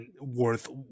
worth